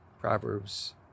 Proverbs